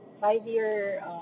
five-year